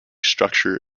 structure